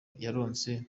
yaronse